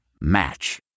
Match